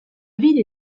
ville